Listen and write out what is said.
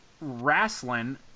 wrestling